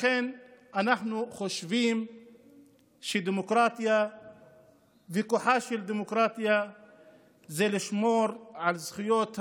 אנחנו חושבים שדמוקרטיה וכוחה של דמוקרטיה זה לשמור על זכויות המיעוט,